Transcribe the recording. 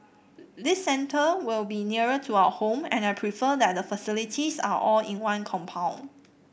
this centre will be nearer to our home and I prefer that the facilities are all in one compound